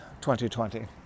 2020